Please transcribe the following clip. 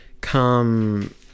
come